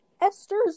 Esther's